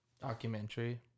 documentary